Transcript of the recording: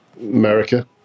America